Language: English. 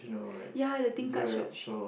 ya the tingkat shops